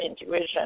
intuition